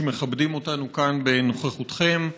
שמכבדים אותנו כאן בנוכחותכם.